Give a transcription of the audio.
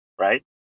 right